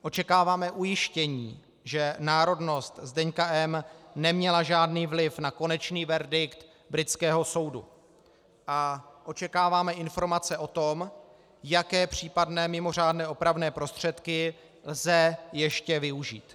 Očekáváme ujištění, že národnost Zdeňka M. neměla žádný vliv na konečný verdikt britského soudu, a očekáváme informace o tom, jaké případné mimořádné opravné prostředky lze ještě využít.